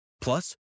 Plus